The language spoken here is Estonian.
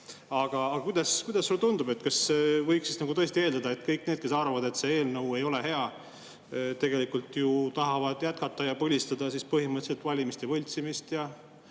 Aga kuidas sulle tundub, kas võiks tõesti eeldada, et kõik need, kes arvavad, et see eelnõu ei ole hea, tegelikult tahavad jätkata ja põlistada põhimõtteliselt valimiste võltsimist ja